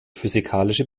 physikalische